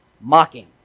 mocking